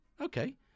okay